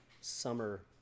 Summer